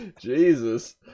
Jesus